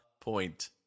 point